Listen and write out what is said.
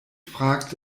fragt